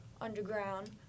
underground